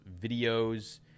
videos